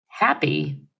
Happy